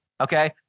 okay